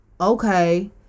Okay